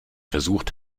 versucht